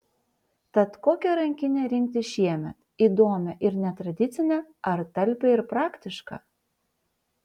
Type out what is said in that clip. tad kokią rankinę rinktis šiemet įdomią ir netradicinę ar talpią ir praktišką